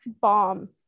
bomb